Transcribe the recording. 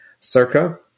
Circa